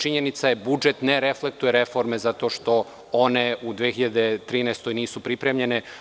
Činjenica je, budžet ne reflektuje reforme zato što one u 2013. godini nisu pripremljene.